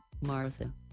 Martha